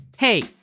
Hey